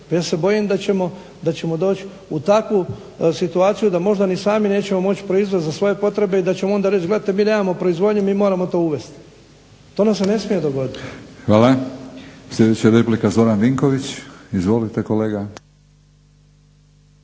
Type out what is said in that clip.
ja se bojim da ćemo doć u takvu situaciju da možda ni sami nećemo moć proizvest za svoje potrebe i da ćemo onda reći mi nemamo proizvodnju. Mi moramo to uvest. To nam se ne smije dogoditi. **Batinić, Milorad (HNS)** Hvala. Sljedeća replika Zoran Vinković. Izvolite kolega.